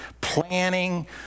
planning